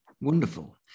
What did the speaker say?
Wonderful